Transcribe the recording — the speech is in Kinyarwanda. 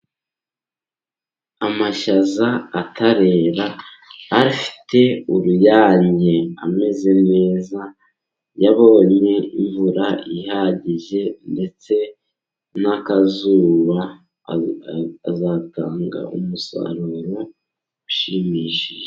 Amashaza atareba afite uruyange. Ameze neza, yabonye imvura ihagije ndetse n'akazuba. Azatanga umusaruro ushimishije.